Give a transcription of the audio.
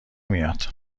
میاد